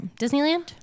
Disneyland